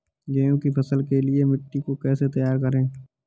गेहूँ की फसल के लिए मिट्टी को कैसे तैयार करें?